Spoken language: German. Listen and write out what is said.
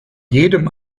jedem